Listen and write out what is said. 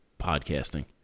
podcasting